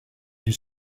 his